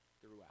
throughout